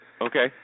Okay